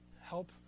Help